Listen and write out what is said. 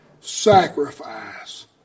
sacrifice